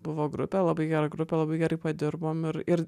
buvo grupe labai gera grupė labai gerai padirbom ir ir